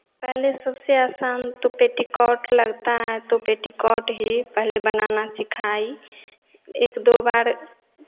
पहले सबसे आसान तो पेटीकोट लगता है तो पेटीकोट ही पहले बनाना सिखाई एक दो बार